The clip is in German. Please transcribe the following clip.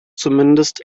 zumindest